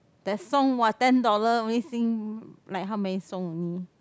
that song !wah! ten dollar only sing like how many song only